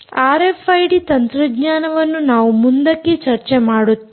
RFID ತಂತ್ರಜ್ಞಾನವನ್ನು ನಾವು ಮುಂದಕ್ಕೆ ಚರ್ಚೆಮಾಡುತ್ತೇವೆ